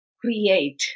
create